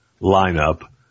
lineup